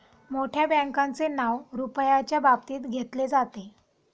मोठ्या बँकांचे नाव रुपयाच्या बाबतीत घेतले जाते